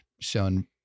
shown